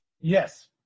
Yes